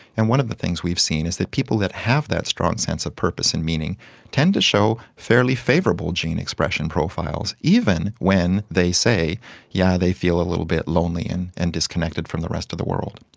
and one of the things we've seen is that people that have that strong sense of purpose and meaning tend to show fairly favourable gene expression profiles, even when they say yeah they feel a little bit lonely and and disconnected from the rest of the world.